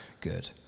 good